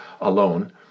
alone